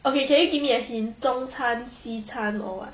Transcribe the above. okay can you give me a hint 中餐西餐 or what